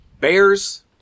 bears